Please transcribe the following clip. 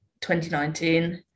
2019